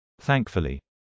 thankfully